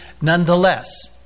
nonetheless